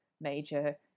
major